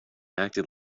acted